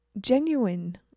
genuine